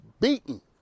Beaten